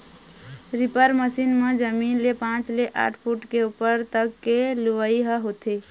reaper machine म जमीन ले पाँच ले आठ फूट के उप्पर तक के लुवई ह होथे